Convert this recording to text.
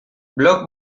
blog